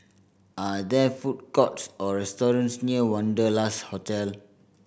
are there food courts or restaurants near Wanderlust Hotel